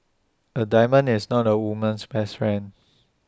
A diamond is not A woman's best friend